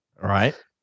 Right